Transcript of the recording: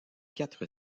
quatre